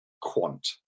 quant